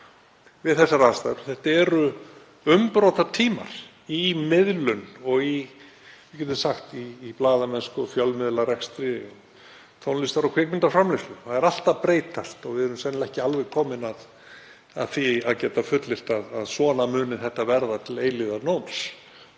við þessar aðstæður. Þetta eru umbrotatímar í miðlun og í blaðamennsku og fjölmiðlarekstri, tónlistar- og kvikmyndaframleiðslu. Það er allt að breytast og við erum sennilega ekki alveg komin að því að geta fullyrt að svona muni þetta verða til eilífðarnóns.